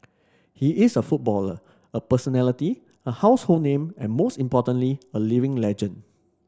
he is a footballer a personality a household name and most importantly a living legend